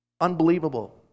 Unbelievable